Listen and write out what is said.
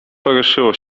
poruszyło